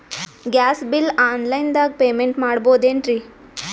Gas bill online ದಾಗ payment ಮಾಡಬೋದೇನ್ರಿ?